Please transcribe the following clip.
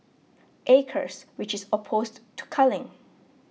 acres which is opposed to culling